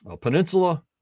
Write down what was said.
peninsula